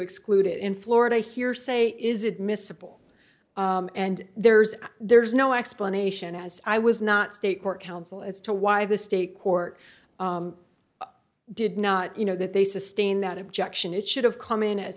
exclude it in florida hearsay is admissible and there's there's no explanation as i was not state court counsel as to why the state court did not you know that they sustained that objection it should have come in a